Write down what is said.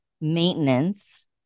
Maintenance